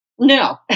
No